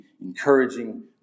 encouraging